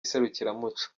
serukiramuco